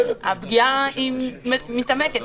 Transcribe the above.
הפגיעה מתעמקת,